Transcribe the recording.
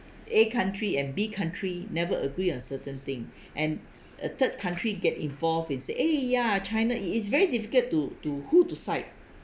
A country and B country never agree on certain thing and a third country get involved and say eh ya china it is very difficult to to who to side